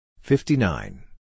Fifty-nine